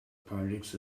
projects